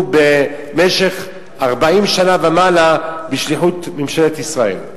במשך 40 שנה ויותר בשליחות ממשלת ישראל.